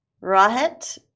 Rahat